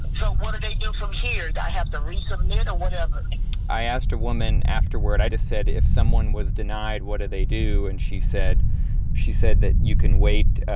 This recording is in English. so what do they do from here? i have to resubmit or and whatever i asked a woman afterward. i just said, if someone was denied, what do they do? and she said she said that you can wait.